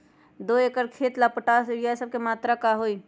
दो एकर खेत के ला पोटाश, यूरिया ये सब का मात्रा होई?